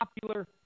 popular